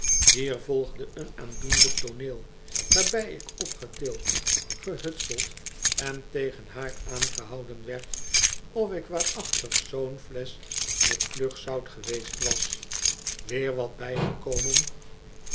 hier volgde een aandoenlijk tooneel waarbij ik opgetild gehutseld en tegen haar aangehouden werd of ik waarachtig zoo'n flesch met vlugzout geweest was weer wat bijgekomen